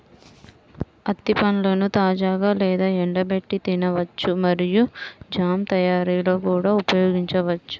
అత్తి పండ్లను తాజాగా లేదా ఎండబెట్టి తినవచ్చు మరియు జామ్ తయారీలో కూడా ఉపయోగించవచ్చు